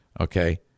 Okay